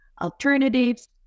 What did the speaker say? alternatives